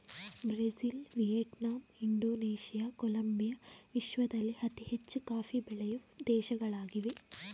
Brazil, Vietnam, Indonesia, Colombia ವಿಶ್ವದಲ್ಲಿ ಅತಿ ಹೆಚ್ಚು ಕಾಫಿ ಬೆಳೆಯೂ ದೇಶಗಳಾಗಿವೆ